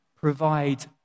provide